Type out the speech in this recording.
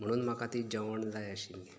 म्हणून म्हाका ती जेवण जाय आशिल्ली हय